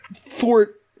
fort